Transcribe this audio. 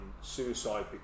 suicide